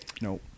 No